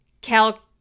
Cal